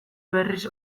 berriz